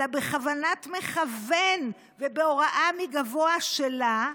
אלא בכוונת מכוון ובהוראה מגבוה שלה,